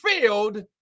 filled